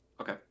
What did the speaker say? Okay